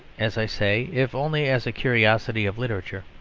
as i say, if only as a curiosity of literature.